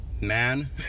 man